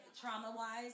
Trauma-wise